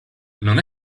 non